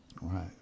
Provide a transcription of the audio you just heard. right